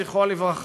זכרו לברכה,